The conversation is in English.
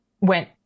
went